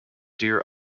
deer